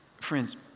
friends